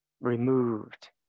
removed